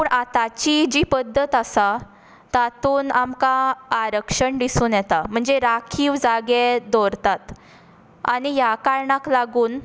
पूण आताची जी पद्दत आसा तातून आमकां आरक्षण दिसून येता म्हणजे राखीव जागे दवरतात आनी ह्या कारणाक लागून